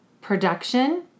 production